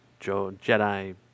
Jedi